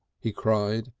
he cried,